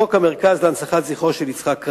חוק המרכז להנצחת זכרו של יצחק רבין,